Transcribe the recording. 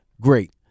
great